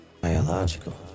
Biological